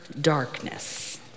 darkness